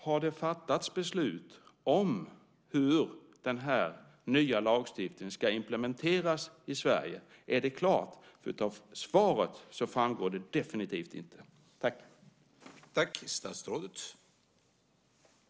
Har det fattats beslut om hur den nya lagstiftningen ska implementeras i Sverige, jordbruksministern? Är det klart? Det framgick definitivt inte av svaret.